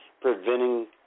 preventing